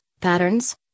patterns